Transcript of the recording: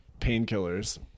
painkillers